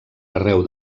arreu